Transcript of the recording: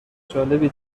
جالبی